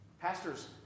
Pastors